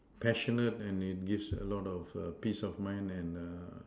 passionate and it gives a lot of err peace of mind and err